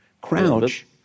crouch